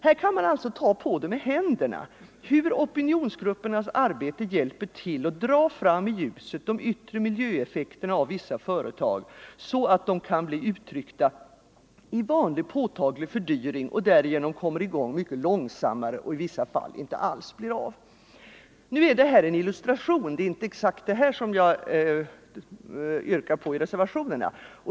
Här kan man alltså ta på det med händerna och se hur opinionsgruppernas arbete hjälper till att dra fram i ljuset de yttre miljöeffekterna av vissa företag så att effekterna kan bli uttryckta i vanlig påtaglig fördyring. Därigenom kommer företagen i gång mycket långsammare och blir i vissa fall inte alls av. Nu är detta en illustration. Det är inte exakt vad jag yrkar i reservationerna.